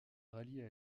rallier